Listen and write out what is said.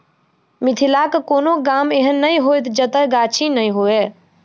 मिथिलाक कोनो गाम एहन नै होयत जतय गाछी नै हुए